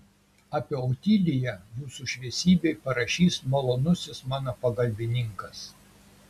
apie otiliją jūsų šviesybei parašys malonusis mano pagalbininkas